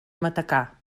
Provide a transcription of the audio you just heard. matacà